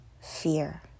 fear